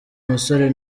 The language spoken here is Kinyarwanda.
musore